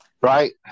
right